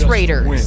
Raiders